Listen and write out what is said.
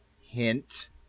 Hint